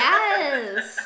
Yes